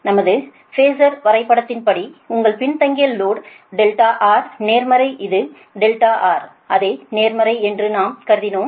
நமது ஃபேஸர் வரைபடத்தின்படி உங்கள் பின்தங்கிய லோடுR நேர்மறை இது R அதை நேர்மறை என்று நாம் கருதினோம்